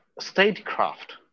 statecraft